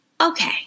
okay